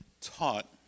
taught